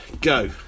go